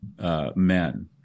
men